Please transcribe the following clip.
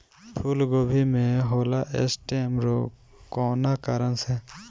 फूलगोभी में होला स्टेम रोग कौना कारण से?